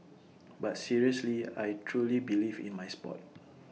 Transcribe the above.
but seriously I truly believe in my Sport